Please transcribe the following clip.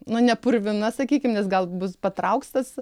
nu ne purvina sakykim nes gal bus patrauks